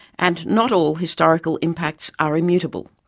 and not all historical impacts are immutable.